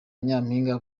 nyampinga